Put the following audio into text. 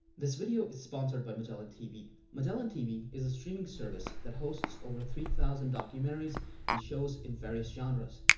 this video is sponsored by magellan tv. magellan tv is a streaming service that hosts over three thousand documentaries and shows in various genres,